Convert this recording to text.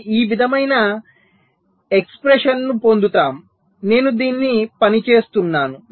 మనము ఈ విధమైన ఎక్స్ప్రెషన్ ను పొందుతాము నేను దీనిని పని చేస్తున్నాను